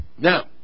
Now